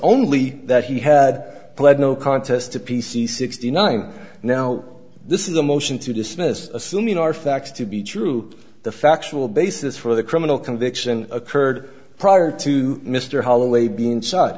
only that he had pled no contest to p c sixty nine now this is a motion to dismiss assuming are facts to be true the factual basis for the criminal conviction occurred prior to mr holloway being s